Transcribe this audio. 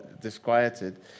disquieted